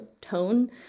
tone